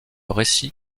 récit